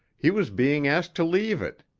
he was being asked to leave it.